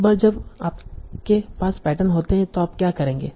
एक बार जब आपके पास पैटर्न होते हैं तो आप क्या करेंगे